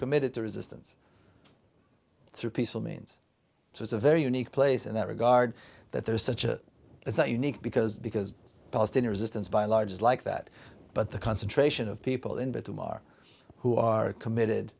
committed to resistance through peaceful means so it's a very unique place in that regard that there is such a unique because because palestinian resistance by a large like that but the concentration of people in both them are who are committed